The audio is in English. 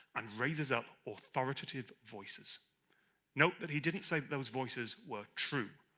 and raises up authoritative voices note that he didn't say those voices were true.